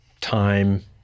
time